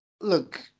Look